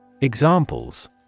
Examples